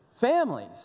Families